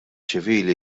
ċivili